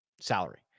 salary